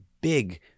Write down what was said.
big